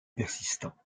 persistant